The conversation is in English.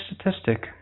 statistic